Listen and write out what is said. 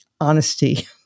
honesty